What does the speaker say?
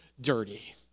dirty